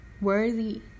worthy